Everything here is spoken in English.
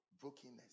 brokenness